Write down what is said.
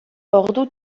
ordu